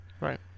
Right